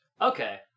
Okay